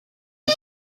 you